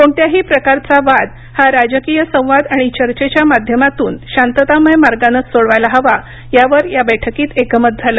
कोणत्याही प्रकारचा वाद हा राजकीय संवाद आणि चर्चेच्या माध्यमातून शांततामय मार्गानंच सोडवायला हवा यावर या बैठकीत एकमत झालं